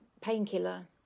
painkiller